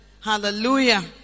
Hallelujah